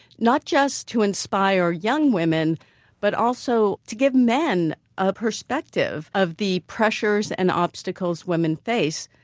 not just to inspire young women but also to give men a perspective of the pressures and obstacles women face.